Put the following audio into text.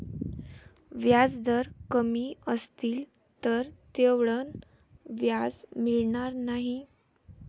व्याजदर कमी असतील तर तेवढं व्याज मिळणार नाही